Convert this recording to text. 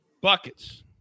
Buckets